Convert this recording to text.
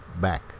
back